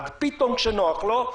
פתאום כשנוח לו,